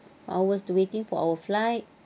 hours to waiting for our flight